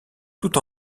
tout